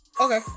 Okay